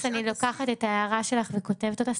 אני לוקחת את ההערה שלך וכותבת אותך,